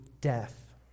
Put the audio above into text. death